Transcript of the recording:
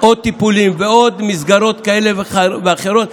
ועוד טיפולים ועוד מסגרות כאלה ואחרות.